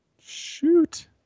Shoot